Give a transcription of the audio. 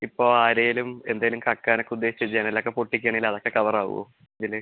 ഇപ്പോൾ ആരെങ്കിലും എന്തെങ്കിലും കക്കാനൊക്കെ ഉദ്ദേശിച്ച് ജനലൊക്കെ പൊട്ടിക്കുവാണെങ്കിൽ അതൊക്കെ കവർ ആവുമോ ഇതിൽ